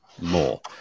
more